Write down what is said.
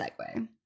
segue